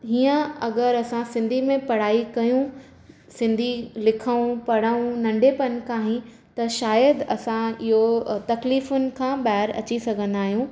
हीअं अगरि असां सिंधी में पढ़ाई कयूं सिंधी लिखऊं पढ़ऊं नंढपण खां ई त शायदि असां इहो अ तकलीफ़ुनि खां ॿाहिरि अची सघंदा आहियूं